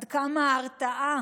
עד כמה ההרתעה